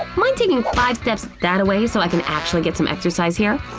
mind taking five steps that-a way so i can actually get some exercise here?